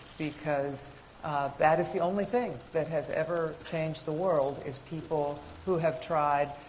because that is the only thing that has ever changed the world, is people who have tried.